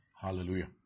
Hallelujah